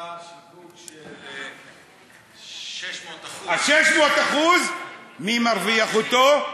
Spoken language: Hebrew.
פער שיווק של 600%. 600% מי מרוויח אותם?